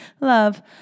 love